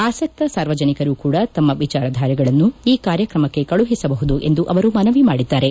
ಆಸಕ್ತ ಸಾರ್ವಜನಿಕರೂ ಕೂಡ ತಮ್ಮ ವಿಚಾರಧಾರೆಗಳನ್ನು ಈ ಕಾರ್ಯಕ್ರಮಕ್ಕೆ ಕಳುಹಿಸಬಹುದು ಎಂದು ಅವರು ಮನವಿ ಮಾಡಿದ್ಲಾರೆ